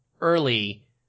early